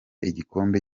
igikombe